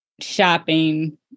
shopping